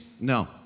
No